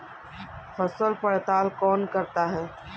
फसल पड़ताल कौन करता है?